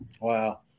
Wow